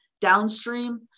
downstream